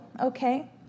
okay